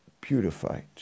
purified